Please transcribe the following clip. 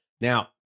Now